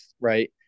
right